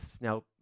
Now